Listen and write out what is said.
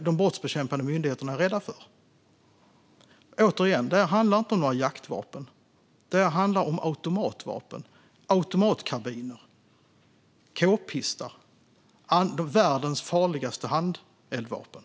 de brottsbekämpande myndigheterna är rädda för. Återigen: Detta handlar inte om några jaktvapen. Det handlar om automatvapen. Det är automatkarbiner och k-pistar - världens farligaste handeldvapen.